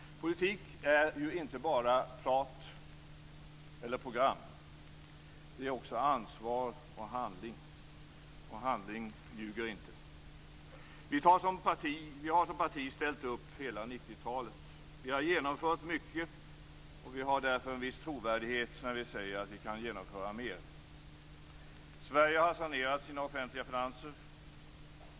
Politik är ju inte bara prat eller program. Det är också ansvar och handling, och handling ljuger inte. Vi har som parti ställt upp under hela 90-talet. Vi har genomfört mycket, och vi har därför en viss trovärdighet när vi säger att vi kan genomföra mer. Sverige har sanerat sina offentliga finanser.